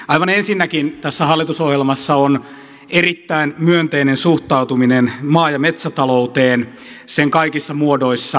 aivan ensinnäkin tässä hallitusohjelmassa on erittäin myönteinen suhtautuminen maa ja metsätalouteen sen kaikissa muodoissaan